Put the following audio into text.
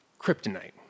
kryptonite